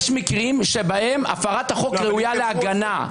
יש מקרים שבהם הפרת החוק ראויה להגנה.